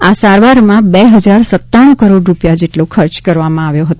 આ સારવારમાં બે હજાર સત્તાણું કરોડ રૂપિયા જેટલો ખર્ચ કરવામાં આવ્યો હતો